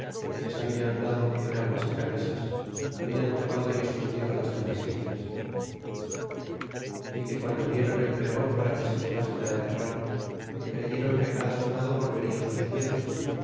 y les habian dado enaguas y camisas hablan tomado y escondido las tales indias y que guando diéron el pregon para que se llevasen herrar que creyeron que cada soldado volverian sus piezas